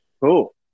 Cool